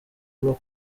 bwo